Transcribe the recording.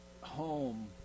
home